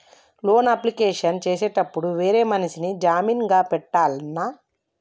Loan application చేసేటప్పుడు వేరే మనిషిని జామీన్ గా పెట్టాల్నా?